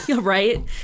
right